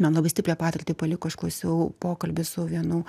man labai stiprią patirtį paliko aš klausiau pokalbį su vienu